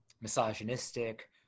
misogynistic